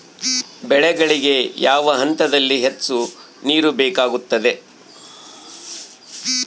ಬೆಳೆಗಳಿಗೆ ಯಾವ ಹಂತದಲ್ಲಿ ಹೆಚ್ಚು ನೇರು ಬೇಕಾಗುತ್ತದೆ?